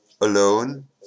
alone